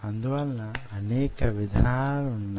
అందువలన అనేక విధానాలున్నాయి